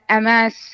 MS